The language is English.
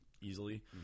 easily